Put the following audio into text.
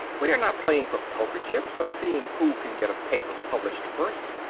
we are not playing for poker chips, or seeing who can get a paper published first.